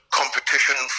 competition